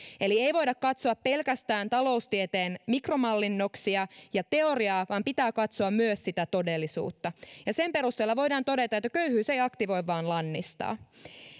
eli ei voida katsoa pelkästään taloustieteen mikromallinnoksia ja teoriaa vaan pitää katsoa myös sitä todellisuutta ja sen perusteella voidaan todeta että köyhyys ei aktivoi vaan lannistaa